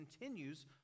continues